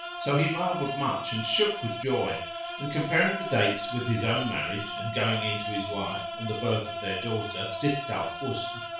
so he marvelled much and shook with joy and, comparing the dates with his own marriage and going in to his wife and the birth of their daughter, sitt al-husn,